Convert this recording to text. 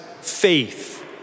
faith